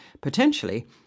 Potentially